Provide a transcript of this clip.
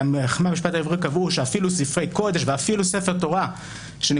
חכמי המשפט העברי קבעו שאפילו ספרי קודש ואפילו ספרי